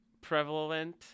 prevalent